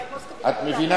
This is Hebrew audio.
את מבינה,